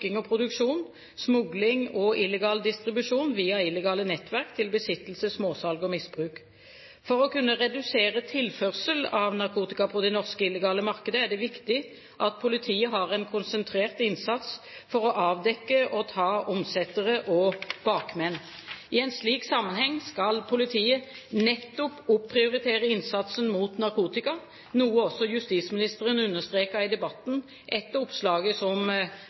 og produksjon, smugling og illegal distribusjon via illegale nettverk til besittelse, småsalg og misbruk. For å kunne redusere tilførsel av narkotika på det norske, illegale markedet er det viktig at politiet har en konsentrert innsats for å avdekke og ta omsettere og bakmenn. I en slik sammenheng skal politiet nettopp opprioritere innsatsen mot narkotika, noe også justisministeren understreket i debatten etter oppslaget som